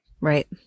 Right